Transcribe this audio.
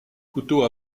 couteau